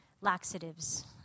laxatives